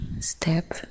step